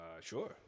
Sure